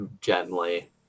gently